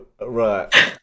Right